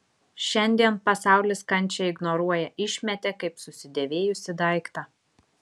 šiandien pasaulis kančią ignoruoja išmetė kaip susidėvėjusį daiktą